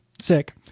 Sick